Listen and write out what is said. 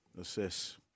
assess